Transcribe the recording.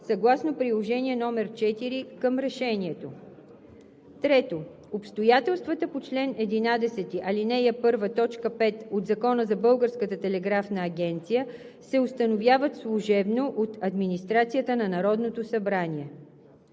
съгласно приложение № 4 към Решението. 3. Обстоятелствата по чл. 11, ал. 1, т. 5 от Закона за Българската телеграфна агенция се установяват служебно от администрацията на Народното събрание.